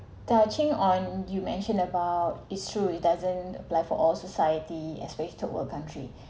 touching on you mentioned about it's true it doesn't apply for all society especially third world country